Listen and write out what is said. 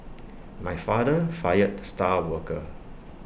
my father fired the star worker